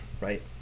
right